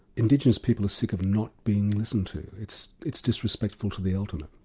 indigenous people are sick of not being listened to it's it's disrespectful to the ultimate.